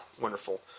wonderful